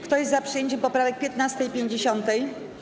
Kto jest za przyjęciem poprawek 15. i 50.